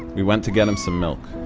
we went to get him some milk.